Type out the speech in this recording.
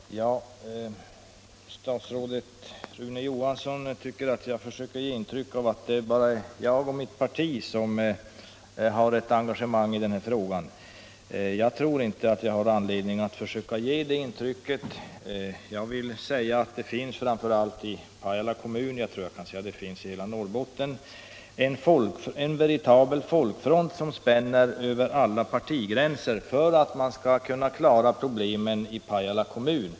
Herr talman! Statsrådet Rune Johansson tycker att jag försöker ge ett intryck av att det bara är jag och mitt parti som har ett engagemang i den här frågan. Jag tror inte att jag har någon anledning att försöka ge det intrycket. I Pajala kommun och jag tror i hela Norrbotten finns en veritabel folkfront som spänner över alla partigränser för att man skall klara problemen i Pajala kommun.